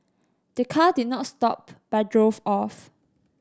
the car did not stop but drove off